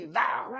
now